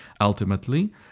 Ultimately